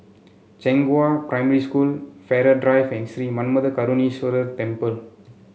Zhenghua Primary School Farrer Drive and Sri Manmatha Karuneshvarar Temple